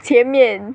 前面